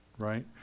Right